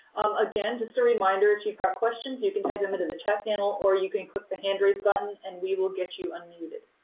again, just a reminder, if you've got questions, you can type them into the chat panel or you can click the hand raise button and we will get you unmuted.